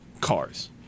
cars